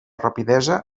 rapidesa